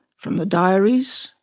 from the diaries,